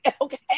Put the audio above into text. okay